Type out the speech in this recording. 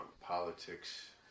politics